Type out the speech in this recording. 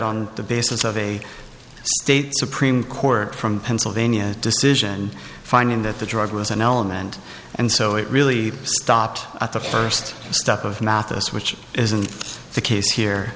on the basis of a state supreme court from pennsylvania decision finding that the drug was an element and so it really stopped at the first step of matters which isn't the case here